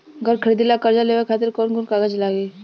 घर खरीदे ला कर्जा लेवे खातिर कौन कौन कागज लागी?